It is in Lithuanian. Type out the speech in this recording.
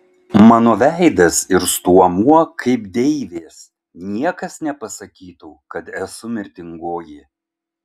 mano veidas ir stuomuo kaip deivės niekas nepasakytų kad esu mirtingoji